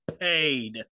paid